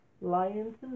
lions